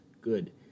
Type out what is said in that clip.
good